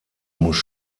muss